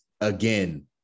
Again